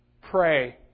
Pray